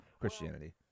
Christianity